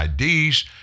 IDs